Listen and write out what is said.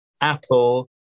Apple